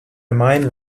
mind